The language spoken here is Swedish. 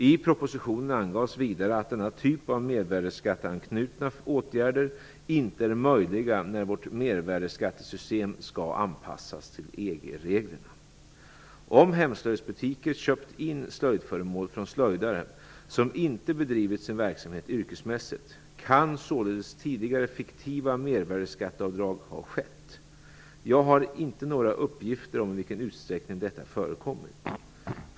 I propositionen angavs vidare att denna typ av mervärdesskatteanknutna åtgärder inte är möjliga när vårt mervärdesskattesystem skall anpassas till EG Om hemslöjdsbutiker köpt in slöjdföremål från slöjdare som inte bedrivit sin verksamhet yrkesmässigt, kan således tidigare fiktiva mervärdesskatteavdrag ha skett. Jag har inte några uppgifter om i vilken utsträckning detta förekommit.